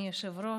אדוני היושב-ראש,